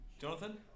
Jonathan